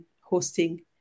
hosting